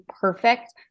perfect